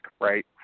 right